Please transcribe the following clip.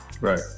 Right